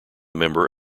member